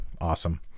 awesome